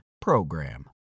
PROGRAM